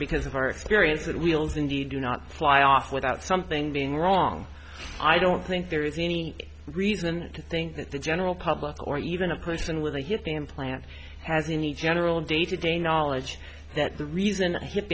because of our experience with wheels and you do not fly off without something being wrong i don't think there is any reason to think that the general public or even a person with a hip implant has any general day to day knowledge that the reason hip